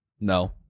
No